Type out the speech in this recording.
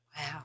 Wow